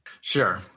Sure